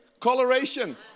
Coloration